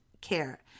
care